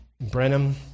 Brenham